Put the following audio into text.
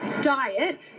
diet